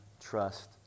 trust